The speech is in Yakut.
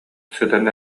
сытан